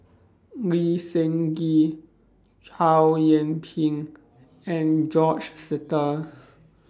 Lee Seng Gee Chow Yian Ping and George Sita